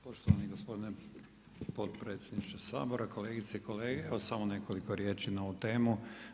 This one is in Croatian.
Poštovani gospodine potpredsjedniče Sabora, kolegice i kolege, evo samo nekoliko riječi na ovu temu.